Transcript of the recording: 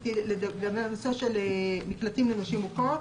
נושא של מקלטים לנשים מוכות.